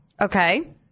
Okay